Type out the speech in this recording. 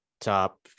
top